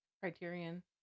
Criterion